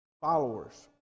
followers